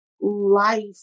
life